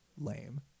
lame